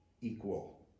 equal